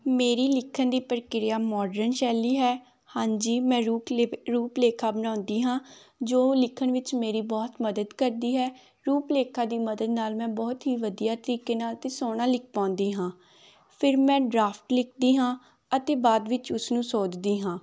ਮੇਰੀ ਲਿਖਣ ਦੀ ਪ੍ਰਕਿਰਿਆ ਮਾਡਰਨ ਸ਼ੈਲੀ ਹੈ ਹਾਂਜੀ ਮੈਂ ਰੂਪ ਲਿਪ ਰੂਪ ਲੇਖਾ ਬਣਾਉਂਦੀ ਹਾਂ ਜੋ ਲਿਖਣ ਵਿੱਚ ਮੇਰੀ ਬਹੁਤ ਮਦਦ ਕਰਦੀ ਹੈ ਰੂਪ ਲੇਖਾ ਦੀ ਮਦਦ ਨਾਲ ਮੈਂ ਬਹੁਤ ਹੀ ਵਧੀਆ ਤਰੀਕੇ ਨਾਲ ਅਤੇ ਸੋਹਣਾ ਲਿਖ ਪਾਉਂਦੀ ਹਾਂ ਫਿਰ ਮੈਂ ਡਰਾਫਟ ਲਿਖਦੀ ਹਾਂ ਅਤੇ ਬਾਅਦ ਵਿੱਚ ਉਸਨੂੰ ਸੋਧਦੀ ਹਾਂ